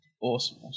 Awesome